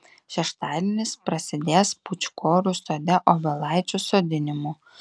šeštadienis prasidės pūčkorių sode obelaičių sodinimu